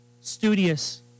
studious